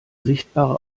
sichtbare